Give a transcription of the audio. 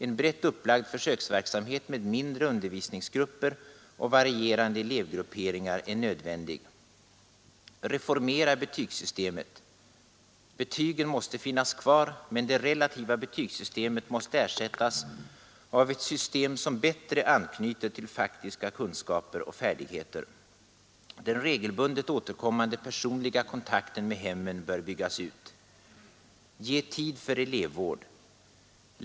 En brett upplagd försöksverksamhet med mindre undervisningsgrupper och varierande elevgrupperingar är nödvändig. Reformera betygssystemet. Betygen måste finnas kvar. Men det relativa betygssystemet måste ersättas av ett system som bättre anknyter till faktiska kunskaper och färdigheter. Den regelbundet återkommande personliga kontakten med hemmen bör byggas ut. Ge tid för elevvård.